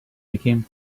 became